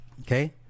Okay